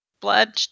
blood